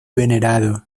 venerado